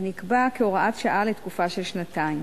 ונקבע כהוראת שעה לתקופה של שנתיים.